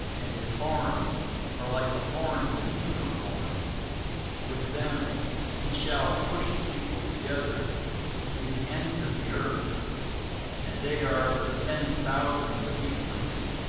and his horns are like the horns of unicorns with them he shall push the people together to the ends of the earth and they are the ten thousands of ephraim,